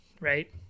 right